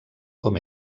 com